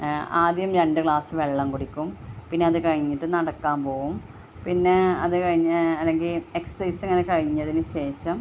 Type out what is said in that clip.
ആദ്യം രണ്ട് ഗ്ലാസ് വെള്ളം കുടിക്കും പിന്നെ അത് കഴിഞ്ഞിട്ട് നടക്കാൻ പോവും പിന്നെ അത് കഴിഞ്ഞ് അല്ലെങ്കിൽ എക്സർസൈസ് കഴിഞ്ഞതിന് ശേഷം